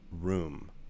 room